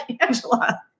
Angela